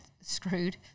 screwed